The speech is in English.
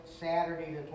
Saturday